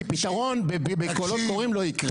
כי פתרון בקולות ספורים לא יקרה.